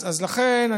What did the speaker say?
לכן,